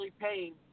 paying